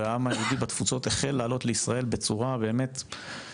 והעם היהודי בתפוצות החל לעלות לישראל בצורה חסרת